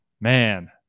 Man